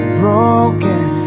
broken